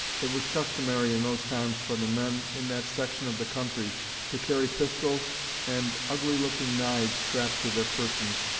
it was customary in those times for the men in that section of the country to carry pistols and ugly-looking knives strapped to their persons,